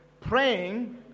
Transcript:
praying